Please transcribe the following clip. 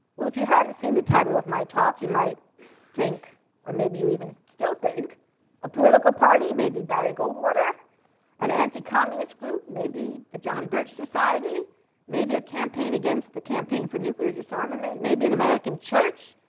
well if you hadn't seen the title of my talk you might think or maybe even still think a political party, maybe barry goldwater an anti-communist group, maybe the john birch society maybe a campaign against the campaign for nuclear disarmament maybe an american church.